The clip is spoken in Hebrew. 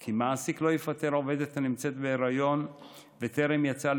כי מעסיק לא יפטר עובדת הנמצאת בהיריון בטרם יצאה